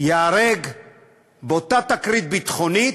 ייהרג באותה תקרית ביטחונית,